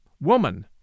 Woman